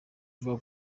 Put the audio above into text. avuga